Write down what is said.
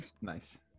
Nice